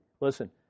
Listen